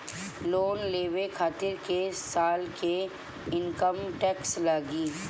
Loan लेवे खातिर कै साल के इनकम टैक्स लागी?